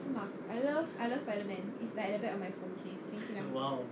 but I love I love spider-man is like on the back of my phone casing can you